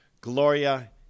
Gloria